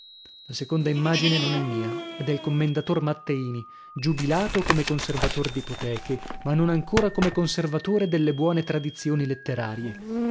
la seconda immagine non è mia è del commendator matteini giubilato come conservator d'ipoteche ma non ancora come conservatore delle buone tradizioni letterarie